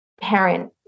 parent